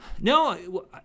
no